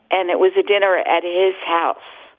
and it was a dinner at his house.